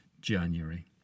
January